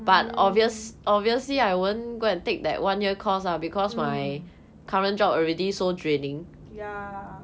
mm mm ya